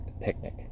picnic